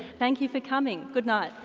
thank you for coming goodnight.